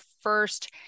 first